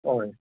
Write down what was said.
हय